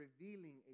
revealing